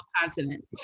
continent